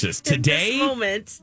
Today